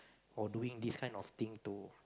or doing this kind of thing to